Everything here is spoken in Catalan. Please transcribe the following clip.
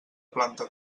planta